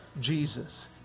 Jesus